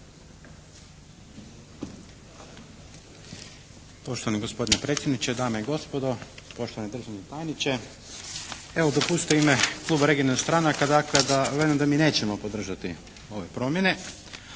Poštovani gospodine predsjedniče, dame i gospodo, poštovani državni tajniče. Evo dopustite u ime Kluba regionalnih stranaka dakle da velimo da mi nećemo podržati ove promjene.